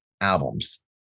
albums